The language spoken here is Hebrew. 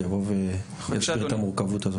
שיבוא ויציג את המורכבות הזו.